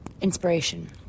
inspiration